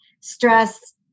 stress